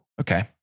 Okay